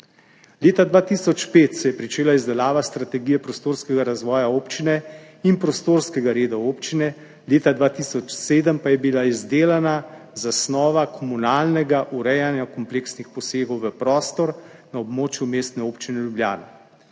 Leta 2005 se je pričela izdelava strategije prostorskega razvoja občine in prostorskega reda občine, leta 2007 pa je bila izdelana zasnova komunalnega urejanja kompleksnih posegov v prostor na območju Mestne občine Ljubljana.